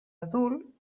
adult